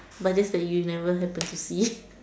but just that you never happen to see